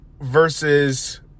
versus